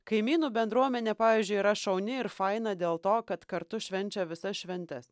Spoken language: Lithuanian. kaimynų bendruomenė pavyzdžiui yra šauni ir faina dėl to kad kartu švenčia visas šventes